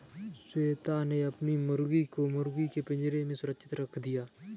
श्वेता ने अपनी मुर्गी को मुर्गी के पिंजरे में सुरक्षित रख दिया